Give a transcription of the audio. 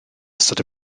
ystod